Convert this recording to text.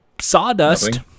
sawdust